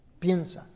piensa